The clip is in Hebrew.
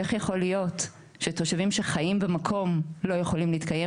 איך יכול להיות שתושבים שחיים במקום לא יכולים להתקיים